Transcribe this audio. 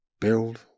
build